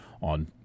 on